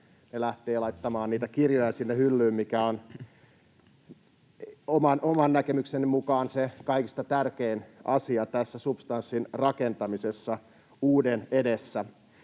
he lähtevät laittamaan niitä kirjoja sinne hyllyyn, mikä on oman näkemykseni mukaan se kaikista tärkein asia tässä substanssin rakentamisessa uuden edessä.